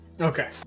Okay